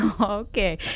Okay